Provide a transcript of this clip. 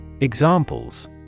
Examples